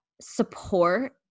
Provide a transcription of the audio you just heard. support